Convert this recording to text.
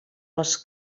les